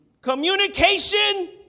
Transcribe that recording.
Communication